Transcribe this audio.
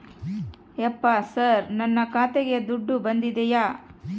ಯಪ್ಪ ಸರ್ ನನ್ನ ಖಾತೆಗೆ ದುಡ್ಡು ಬಂದಿದೆಯ?